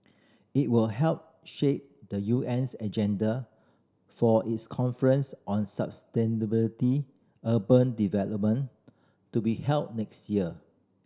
it will help shape the U N's agenda for its conference on sustainability urban development to be held next year